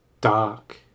dark